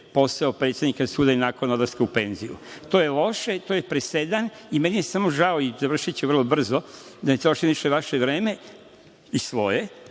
posao predsednika suda i nakon odlaska u penziju. To je loše, to je presedan, i meni je samo žao, završiću vrlo brzo, da ne trošim više vaše vreme i svoje,